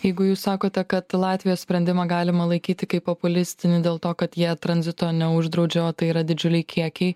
jeigu jūs sakote kad latvijos sprendimą galima laikyti kaip populistinį dėl to kad jie tranzito neuždraudžia o tai yra didžiuliai kiekiai